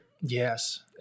Yes